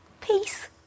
peace